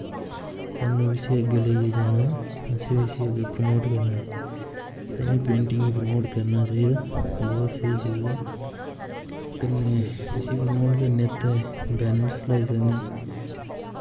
सानूं इसी अग्गैं लेइयै जाना ऐ असें इसी अग्गैं प्रमोट करना ऐ ताइयें पेंटिंग गी प्रमोट करना चाहिदा बोह्त स्हेई चीज ऐ कन्नै इसी प्रमोट करने आस्तै बैनर्स लाई सकने